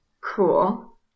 Cool